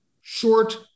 short